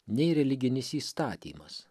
nei religinis įstatymas